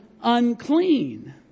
unclean